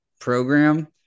program